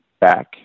back